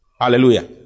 Hallelujah